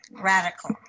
radical